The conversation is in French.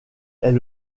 est